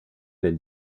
del